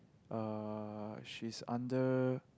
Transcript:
uh she's under